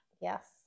yes